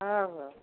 ହଁ ହଉ